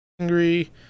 angry